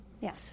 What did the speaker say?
Yes